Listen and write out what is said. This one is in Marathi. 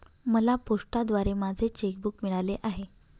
मला पोस्टाद्वारे माझे चेक बूक मिळाले आहे